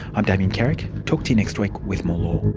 i'm damien carrick, talk to you next week with more law